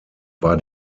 war